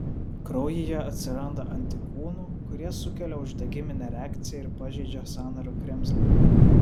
kraujyje atsiranda antikūnų kurie sukelia uždegiminę reakciją ir pažeidžia sąnario kremzlę